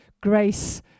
grace